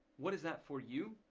what is that for you